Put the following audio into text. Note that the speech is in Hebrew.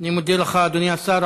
אני מודה לך, אדוני השר.